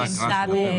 שנידונה בוועדת החוקה.